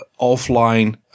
offline